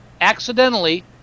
Accidentally